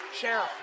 sheriff